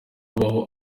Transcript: ubaho